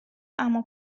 عمو